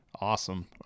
Awesome